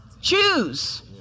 choose